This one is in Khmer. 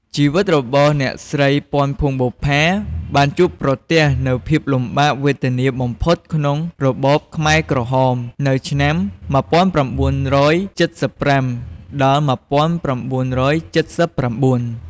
ជីវិតរបស់អ្នកស្រី ពាន់ ភួងបុប្ផា បានជួបប្រទះនូវភាពលំបាកវេទនាបំផុតក្នុងរបបខ្មែរក្រហម ពីឆ្នាំ ១៩៧៥ ដល់ ១៩៧៩។